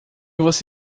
você